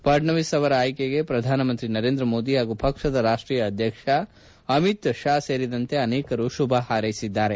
ಫಡ್ನವೀಸ್ ಅವರ ಆಯ್ಕೆಗೆ ಪ್ರಧಾನಮಂತ್ರಿ ನರೇಂದ್ರ ಮೋದಿ ಹಾಗೂ ಪಕ್ಷದ ರಾಷ್ಟೀಯ ಅಧ್ಯಕ್ಷ ಅಮಿತ್ ಶಾ ಸೇರಿದಂತೆ ಅನೇಕರು ಶುಭ ಹಾರೈಸಿದ್ದಾರೆ